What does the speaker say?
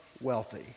wealthy